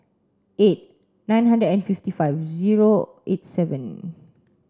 eight nine hundred and fifty five zero eight seven